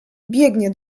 biegnie